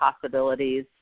possibilities